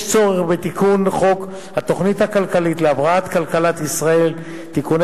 יש צורך בתיקון חוק התוכנית הכלכלית להבראת כלכלת ישראל (תיקוני